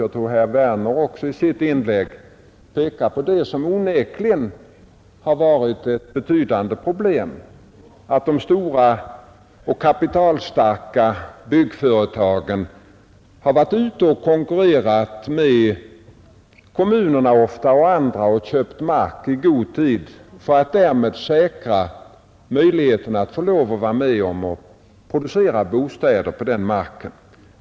Jag tror att herr Werner också i sitt inlägg pekade på att ett betydande problem onekligen varit att de stora och kapitalstarka byggföretagen har varit ute och konkurrerat med kommuner och andra intressenter och köpt mark i god tid och till högre priser för att därmed säkra möjligheterna att få vara med och producera bostäder på den marken.